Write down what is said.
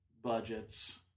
budgets